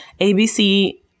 ABC